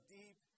deep